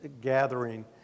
gathering